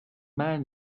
man